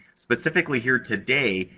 specifically, here today,